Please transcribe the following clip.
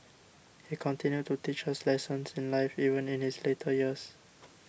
he continued to teach us lessons in life even in his later years